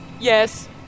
Yes